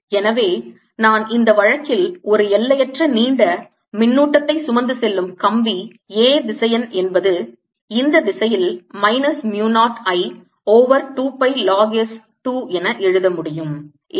எனவே நான் இந்த வழக்கில் ஒரு எல்லையற்ற நீண்ட மின்னூட்டத்தை சுமந்து செல்லும் கம்பி A திசையன் என்பது இந்த திசையில் minus mu 0 I over 2 pi log s 2 என எழுத முடியும்